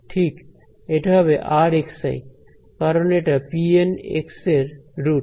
ঠিক এটা হবে r কারণ এটা pN এর রুট